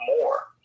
more